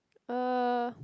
uh